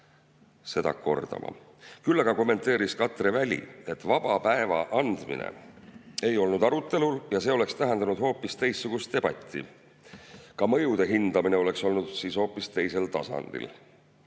seda kordama. Küll aga kommenteeris Katre Väli, et vaba päeva andmine ei olnud arutelul ja see oleks tähendanud hoopis teistsugust debatti. Ka mõjude hindamine oleks siis olnud hoopis teisel tasandil.